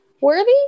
worthy